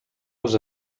els